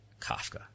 Kafka